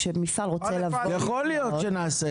כשמפעל רוצה לבוא -- יכול להיות שנעשה את זה.